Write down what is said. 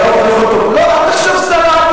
רוני בר-און, לא, את עכשיו שרה.